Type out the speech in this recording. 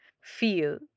feel